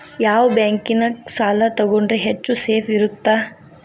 ಯಾವ ಬ್ಯಾಂಕಿನ ಸಾಲ ತಗೊಂಡ್ರೆ ಹೆಚ್ಚು ಸೇಫ್ ಇರುತ್ತಾ?